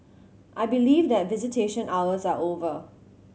I believe that visitation hours are over